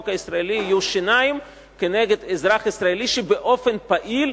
הישראלי יהיו שיניים כנגד אזרח ישראלי שבאופן פעיל,